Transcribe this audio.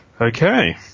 Okay